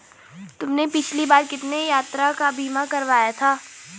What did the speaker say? तुमने पिछली बार कितने का यात्रा बीमा करवाया था?